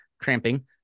cramping